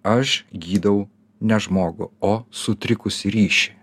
aš gydau ne žmogų o sutrikusį ryšį